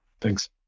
Thanks